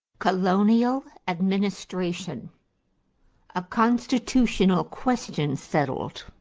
colonial administration a constitutional question settled.